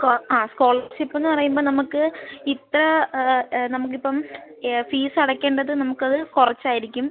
ആ സ്കോളർഷിപ്പ് എന്ന് പറയുമ്പം നമുക്ക് ഇത്ര നമുക്ക് ഇപ്പം ഫീസ് അടയ്ക്കേണ്ടത് നമുക്ക് അത് കുറച്ചായിരിക്കും